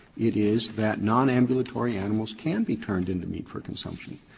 it is that nonambulatory animals can be turned into meat for consumption.